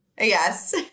Yes